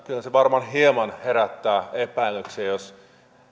kyllä se varmaan hieman herättää epäilyksiä jos